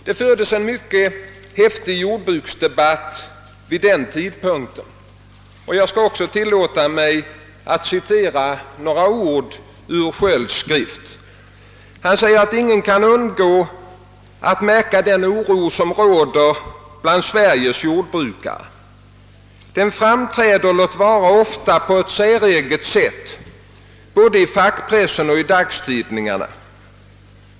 Det fördes en mycket häftig jordbruksdebatt vid den tidpunkten, och jag skall tillåta mig att citera ytterligare några ord ur herr Skölds skrift. Han skriver: »Ingen kan undgå att märka den oro, som råder bland Sveriges jordbrukare. Den framträder, låt vara ofta på ett säreget sätt, både i fackpressen och dagstidningarna.